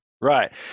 Right